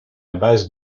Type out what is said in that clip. base